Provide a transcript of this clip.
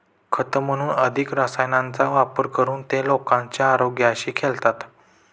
खत म्हणून अधिक रसायनांचा वापर करून ते लोकांच्या आरोग्याशी खेळतात